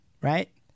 right